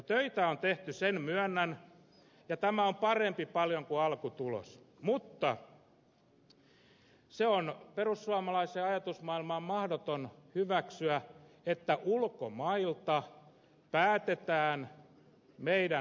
töitä on tehty sen myönnän ja tämä on paljon parempi kuin alkutulos mutta se on perussuomalaiseen ajatusmaailmaan mahdoton hyväksyä että ulkomailta päätetään meidän maataloudestamme